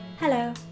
Hello